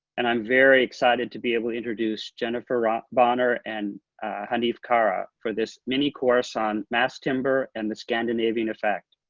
and i'm very excited to be able to introduce jennifer ah bonner and hanif kara for this mini-course on mass timber and the scandinavian effect.